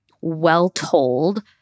well-told